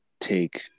take